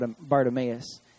Bartimaeus